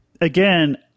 again